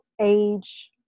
age